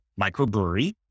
microbrewery